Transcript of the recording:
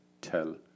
tell